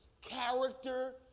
Character